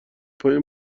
پای